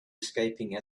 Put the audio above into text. escaping